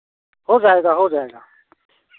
हो जाएगा हो जाएगा